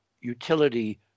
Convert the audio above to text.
utility